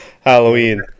Halloween